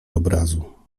obrazu